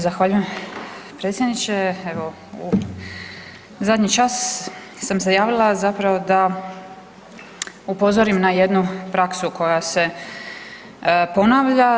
Zahvaljujem predsjedniče, evo u zadnji čas sam se javila zapravo da upozorim na jednu praksu koja se ponavlja.